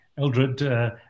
Eldred